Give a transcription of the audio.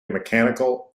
mechanical